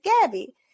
Gabby